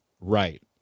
right